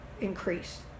increase